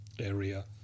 area